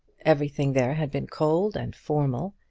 everything there had been cold and formal,